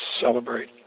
celebrate